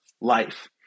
life